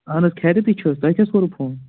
اَہن حظ خیرِیتھٕے چھِ حظ تُہۍ کیٛازِ کوٚروٕ فون